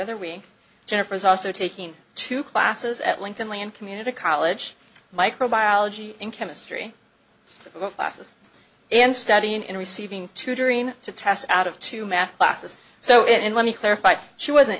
other week jennifer is also taking two classes at lincoln lee and community college microbiology and chemistry the classes and studying and receiving tutoring to test out of two math classes so and let me clarify she wasn't